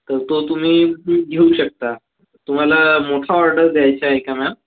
तो तुम्ही घेऊ शकता तुम्हाला मोठा ऑर्डर द्यायचा आहे का मॅम